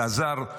אלעזר,